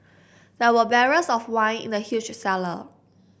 there were barrels of wine in the huge cellar